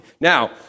Now